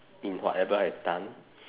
in whatever I done